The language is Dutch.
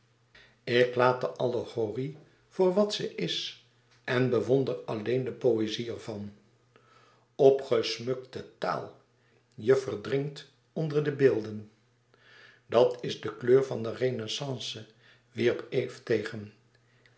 ik laat de allegorie voor wat ze is en bewonder alleen de poëzie er van opgesmukte taal je verdrinkt onder de beelden dat is de kleur van de renaissance wierp eve tegen